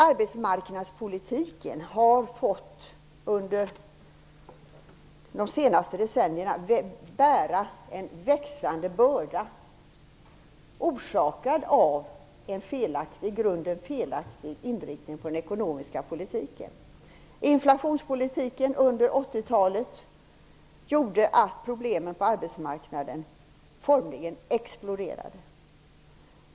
Arbetsmarknadspolitiken har under de senaste decennierna fått bära en växande börda, orsakad av en i grunden felaktig inriktning på den ekonomiska politiken. Inflationspolitiken under 80-talet gjorde att problemen på arbetsmarknaden formligen exploderade.